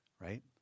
Right